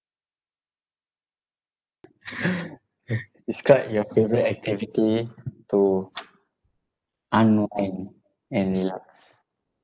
describe your favourite activity to unwind and relax